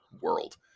world